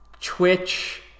Twitch